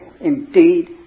indeed